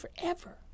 forever